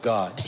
God